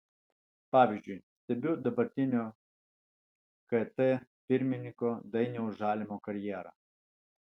pavyzdžiui stebiu dabartinio kt pirmininko dainiaus žalimo karjerą